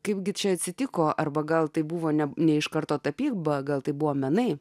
kaipgi čia atsitiko arba gal tai buvo ne ne iš karto tapyba gal tai buvo menai